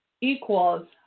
equals